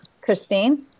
Christine